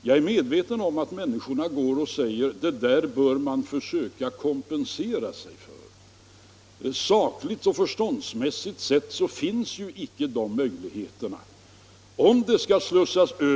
Jag är medveten om att människorna anser att man bör försöka kompensera sig för denna prishöjning. Sakligt och förståndsmässigt finns det inga möjligheter att göra det.